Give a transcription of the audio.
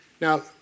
Now